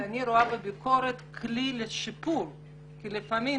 אני רואה בביקורת כלי לשיפור כי לפעמים